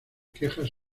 quejas